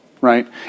right